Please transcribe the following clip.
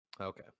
Okay